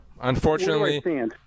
Unfortunately –